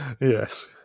Yes